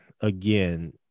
again